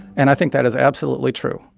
and i think that is absolutely true.